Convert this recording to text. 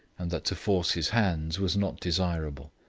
and that to force his hands was not desirable.